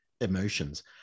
emotions